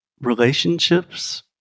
relationships